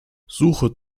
suche